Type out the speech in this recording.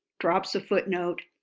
drops a footnote,